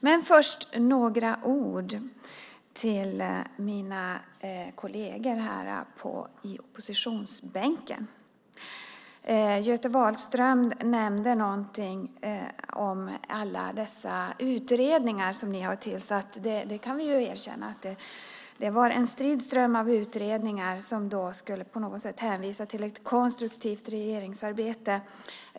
Men först några ord till mina kolleger i oppositionsbänken. Göte Wahlström nämnde någonting om alla dessa utredningar som har tillsatts. Vi kan erkänna att det var en strid ström av utredningar som på något sätt skulle hänvisa till ett konstruktivt regeringsarbete.